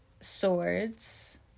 swords